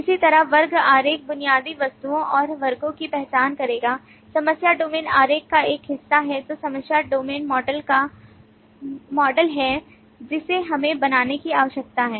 इसी तरह वर्ग आरेख बुनियादी वस्तुओं और वर्गों की पहचान करेगा और समस्या डोमेन आरेख का एक हिस्सा है जो समस्या डोमेन मॉडल है जिसे हमें बनाने की आवश्यकता है